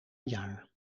jaar